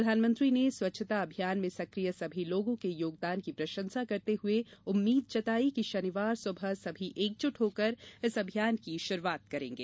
प्रधानमंत्री ने स्वच्छता अभियान में सकिय सभी लोगों के योगदान की प्रशंसा करते हुए उम्मीद जताई कि शनिवार सुबह सभी एकजुट होकर इस अभियान की शुरुआत करेंगे